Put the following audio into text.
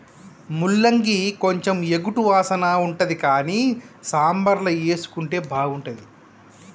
ముల్లంగి కొంచెం ఎగటు వాసన ఉంటది కానీ సాంబార్ల వేసుకుంటే బాగుంటుంది